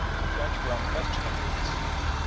the french were unquestionably deceived,